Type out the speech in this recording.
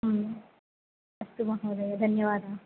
अस्तु महोदय धन्यवादः